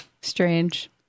strange